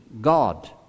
God